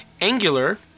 Angular